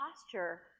posture